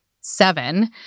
seven